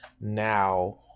now